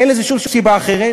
אין לזה שום סיבה אחרת.